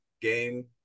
game